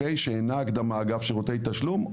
שאינה הקדמה אגב שירותי תשלום,